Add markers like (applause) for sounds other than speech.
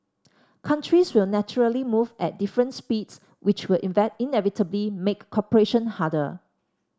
countries will naturally move at different speeds which will (unintelligible) inevitably make cooperation harder